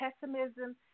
pessimism